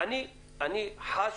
אני חש